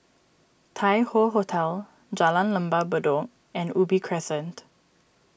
Tai Hoe Hotel Jalan Lembah Bedok and Ubi Crescent